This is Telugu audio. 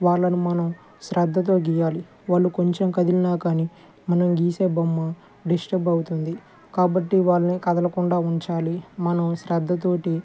వాళ్ళను మనం శ్రద్ధతో గీయాలి వాళ్ళు కొంచెం కదిలినా కానీ మనం గీసే బొమ్మ డిస్టర్బ్ అవుతుంది కాబట్టి వాళ్ళని కదలకుండా ఉంచాలి మనం శ్రద్ధతోటి